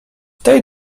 tej